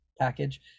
package